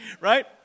Right